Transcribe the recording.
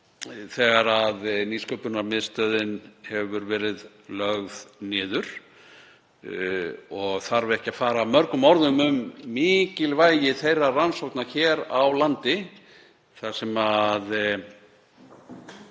þegar Nýsköpunarmiðstöðin hefur verið lögð niður. Það þarf ekki að fara mörgum orðum um mikilvægi þeirra rannsókna hér á landi þar sem það